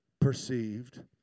perceived